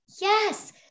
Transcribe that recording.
yes